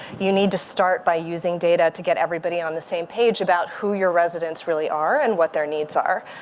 you need to start by using data to get everybody on the same page about who your residents really are. and what their needs are.